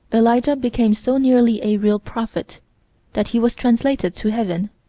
elijah became so nearly a real prophet that he was translated to heaven,